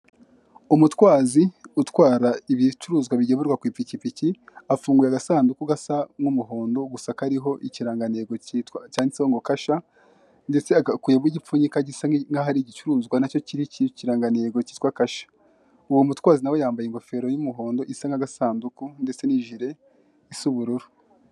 Umutwazi utwara ibicuruzwa bigemurwa ku pikipiki afunguye agasanduku gasa nk'umuhondo kanditseho ngo Kasha ndetse akuyemo igipfunyika gisa nkaho ari igicuruzwa nacyo kiriho ikirangantego kitwa Kasha uwo mutwazi nawe yambaye ingofero isa n'igisanduku ndetse n'ijire isa ubururu.